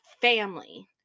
family